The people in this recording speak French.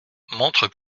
montre